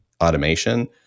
automation